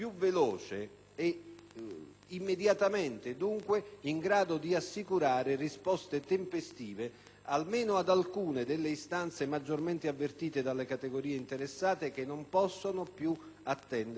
dunqueimmediatamente in grado di assicurare risposte tempestive almeno ad alcune delle istanze maggiormente avvertite dalle categorie interessate, che non possono più attendere i tempi della politica.